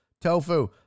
Tofu